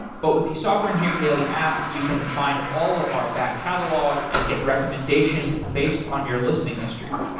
but with the software engineering daily app, you can find all of our back catalog and get recommendations based on your listening history.